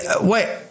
Wait